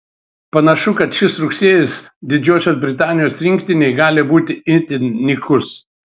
panašu kad šis rugsėjis didžiosios britanijos rinktinei gali būti itin nykus